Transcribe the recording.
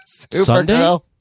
Supergirl